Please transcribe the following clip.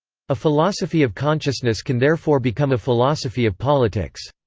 a philosophy of consciousness can therefore become a philosophy of politics.